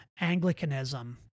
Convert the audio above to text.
Anglicanism